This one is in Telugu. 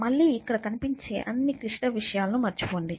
మళ్ళీ ఇక్కడ కనిపించే అన్ని క్లిష్ట విషయాలను మరచిపోండి